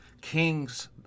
king's